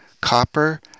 copper